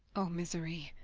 oh, misery!